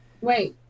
wait